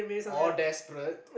or desperate